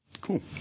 Cool